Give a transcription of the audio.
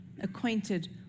acquainted